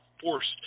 forced